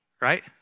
right